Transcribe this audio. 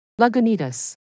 Lagunitas